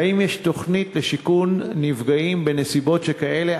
2. האם יש תוכנית לשיכון נפגעים בנסיבות שכאלה?